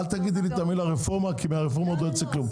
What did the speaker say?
-- אל תגידי לי נעשתה רפורמה כי מהרפורמות לא יוצא כלום.